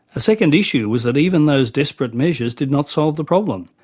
a second issue was that even those desperate measures did not solve the problem,